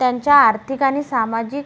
त्यांचा आर्थिक आणि सामाजिक